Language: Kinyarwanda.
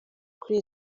kuri